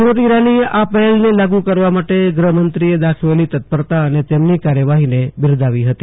શ્રમીતી ઈરાનીએ આ પહેલને લાગુ કરવા ગૃહમંત્રીએ દાખવેલી તત્પરતા અને તેમની કાર્યવાહીને બિરદાવી હતી